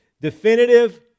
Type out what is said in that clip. Definitive